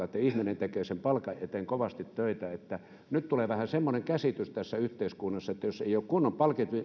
että ihminen tekee sen palkan eteen kovasti töitä nyt tulee vähän semmoinen käsitys tässä yhteiskunnassa että jos ei ole kunnon